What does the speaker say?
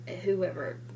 whoever